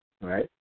right